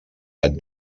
gat